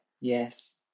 Yes